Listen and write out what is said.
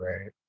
right